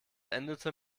endete